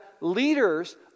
leaders